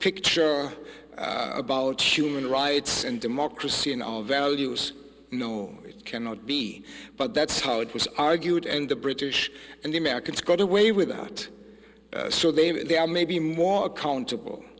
picture about human rights and democracy in our values no it cannot be but that's how it was argued and the british and the americans got away with that so they they are maybe more accountable